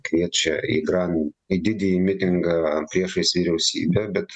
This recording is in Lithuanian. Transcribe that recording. kviečia į gran į didįjį mitingą priešais vyriausybę bet